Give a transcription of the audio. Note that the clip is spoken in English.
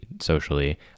socially